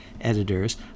editors